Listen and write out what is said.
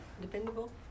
dependable